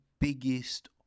biggest